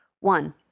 One